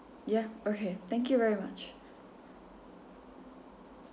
ya okay thank you very much